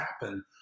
happen